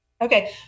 Okay